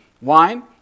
wine